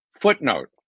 Footnote